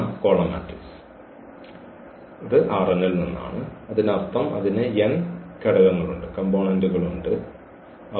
എന്നിവ ൽ നിന്നാണ് അതിനർത്ഥം അതിന് n ഘടകങ്ങളുണ്ട് അവ